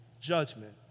judgment